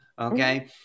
Okay